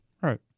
Right